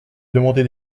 demandé